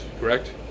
correct